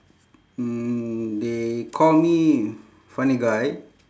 mm they call me funny guy